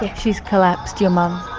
she is collapsed, your mum? ah